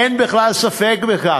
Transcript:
אין בכלל ספק בכך.